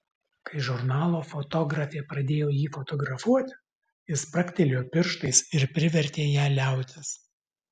kai žurnalo fotografė pradėjo jį fotografuoti jis spragtelėjo pirštais ir privertė ją liautis